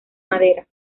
madera